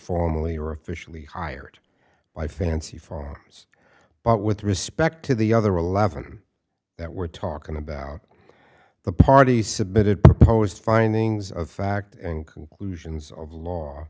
formally or officially hired by fancy for but with respect to the other eleven that we're talking about the parties submitted proposed findings of fact and conclusions of law